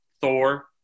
Thor